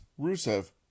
Rusev